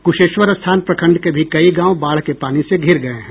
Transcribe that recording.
कुशेश्वरस्थान प्रखंड के भी कई गाँव बाढ़ के पानी से धिर गये हैं